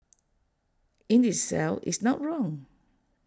in itself is not wrong